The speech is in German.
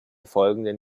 folgenden